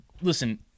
listen